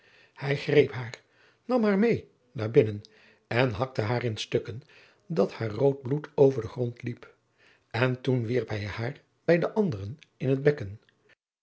hij greep haar nam haar mee naar binnen en hakte haar in stukken dat haar rood bloed over den grond liep en toen wierp hij haar bij de anderen in het bekken